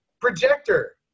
projector